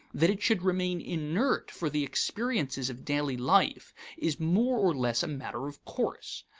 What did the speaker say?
that it should remain inert for the experiences of daily life is more or less a matter of course.